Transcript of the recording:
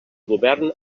govern